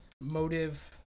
Motive